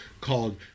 called